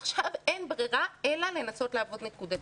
עכשיו אין ברירה אלא לנסות לעבוד נקודתית.